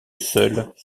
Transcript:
seuls